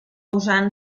usant